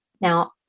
Now